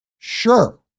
Sure